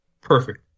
Perfect